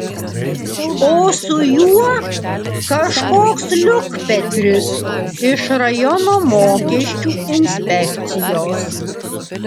o su juo kažkoks liukpetris iš rajono mokesčių inspekcijos